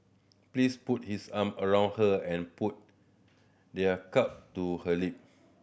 please put his arm around her and put their cup to her lip